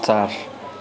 चार